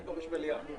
מעיין, תמתיני.